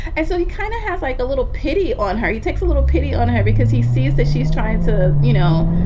and so he kind of has like a little pity on her. he takes a little pity on her because he sees that she's trying to, you know,